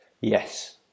yes